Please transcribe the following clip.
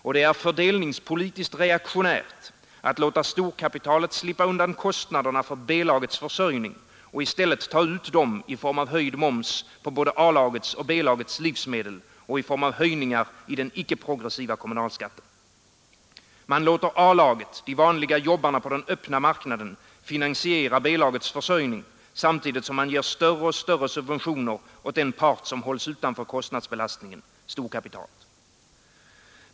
Och det är fördelningspolitiskt reaktionärt att låta storkapitalet slippa undan kostnaderna för B-lagets försörjning och i stället ta ut dem i form av höjd moms på både A-lagets och B-lagets livsmedel och i form av höjningar i den icke-progressiva kommunalskatten. Man låter A-laget — de vanliga jobbarna på den öppna marknaden — finansiera B-lagets försörjning, samtidigt som man ger större och större subventioner åt den part som hålls utanför kostnadsbelastningen: storkapitalet.